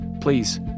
please